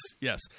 Yes